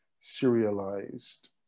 serialized